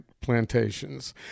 plantations